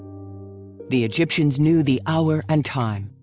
the egyptians knew the hour and time.